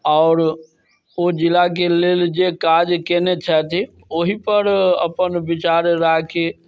आओर ओ जिलाके लेल जे काज कयने छथि ओहीपर अपन विचार राखी